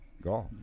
golf